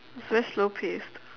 it's very slow paced